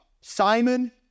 Simon